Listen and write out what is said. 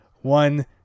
one